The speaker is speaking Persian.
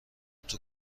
توو